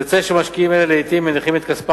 יוצא שמשקיעים אלה לעתים מניחים את כספם